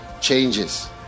changes